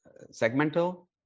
segmental